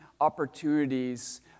opportunities